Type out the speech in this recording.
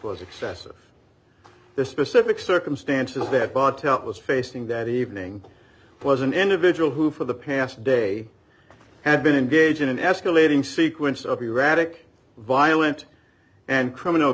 was excessive the specific circumstances that bottle it was facing that evening was an individual who for the past day had been engaged in an escalating sequence of erratic violent and criminal